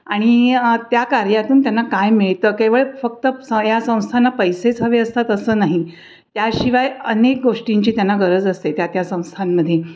आणि त्या कार्यातून त्यांना काय मिळतं केवळ फक्त सं या संस्थांना पैसेच हवे असतात असं नाही त्याशिवाय अनेक गोष्टींची त्यांना गरज असते त्या त्या संस्थांमध्ये